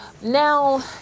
Now